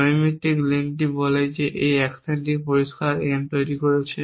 নৈমিত্তিক লিঙ্ক বলে যে এই অ্যাকশনটি পরিষ্কার M তৈরি করছে